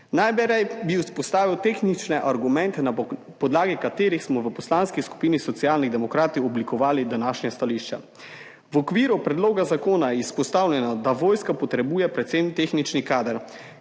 Najprej bi izpostavil tehnične argumente, na podlagi katerih smo v Poslanski skupini Socialnih demokratov oblikovali današnje stališče. V okviru predloga zakona je izpostavljeno, da vojska potrebuje predvsem tehnični kader,